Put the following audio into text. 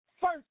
first